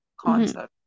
concept